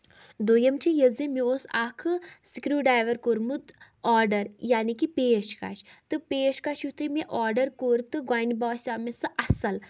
دوٚیُم چھُ یہِ زِ مےٚ اوس اکھہٕ سکرو ڈرایور کورمُت آرڈر یعنی کہِ پیش کَش تہٕ پیش کَش یِتھُے مےٚ آرڈر کور تہٕ گۄڈٕنیتھ باسیو مےٚ سُہ اَصٕل